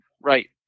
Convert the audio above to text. Right